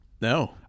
No